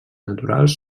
naturals